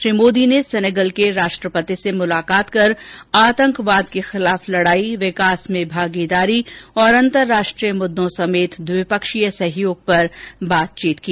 श्री मोदी ने सेनेगल के राष्ट्रपति से मुलाकात करके आतंकवाद के खिलाफ लड़ाई विकास में भागीदारी और अंतरराष्ट्रीय मुददों समेत द्विपक्षीय सहयोग पर बातचीत की